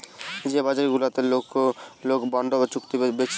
যে বাজার গুলাতে লোকে বন্ড বা চুক্তি বেচতিছে